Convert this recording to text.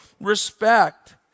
respect